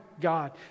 God